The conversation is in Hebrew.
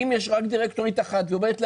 אם יש רק דירקטורית אחת והיא חייבת לעזוב,